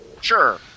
Sure